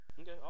Okay